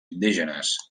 indígenes